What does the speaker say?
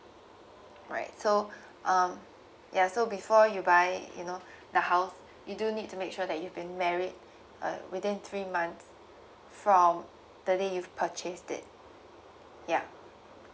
alright so um ya so before you buy you know the house you do need to make sure that you've been married uh within three months from the day you've purchased it yup